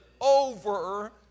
over